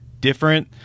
different